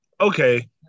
okay